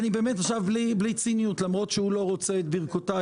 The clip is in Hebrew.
בלי ציניות, למרות שהוא לא רוצה את ברכותיי.